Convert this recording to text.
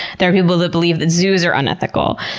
there are people that believe that zoos are unethical.